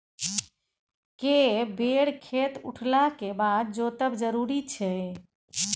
के बेर खेत उठला के बाद जोतब जरूरी छै?